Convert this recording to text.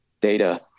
data